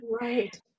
Right